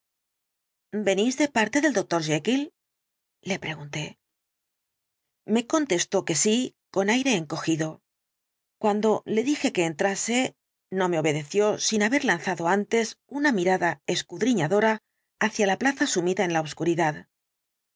de parte del doctor jekyll le pregunté me contestó que sí con aire encogido cuando le dije que entrase no me obedeció sin haber lanzado antes una mirada escudriñadora hacia la plaza sumida en la obscuridad